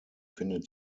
findet